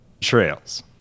Trails